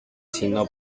sino